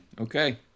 Okay